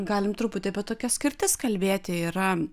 galim truputį apie tokias skirtis kalbėti yra